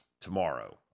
tomorrow